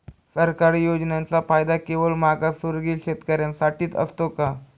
सरकारी योजनांचा फायदा केवळ मागासवर्गीय शेतकऱ्यांसाठीच असतो का?